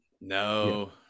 No